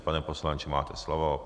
Pane poslanče, máte slovo.